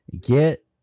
Get